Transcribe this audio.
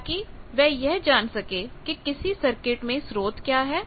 ताकि वह यह जान सके कि किसी सर्किट में स्रोत क्या है